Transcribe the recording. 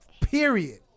period